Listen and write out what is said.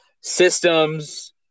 systems